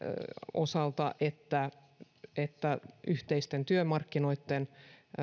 osalta että että yhteisten työmarkkinoitten